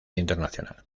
internacional